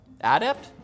Adept